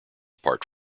apart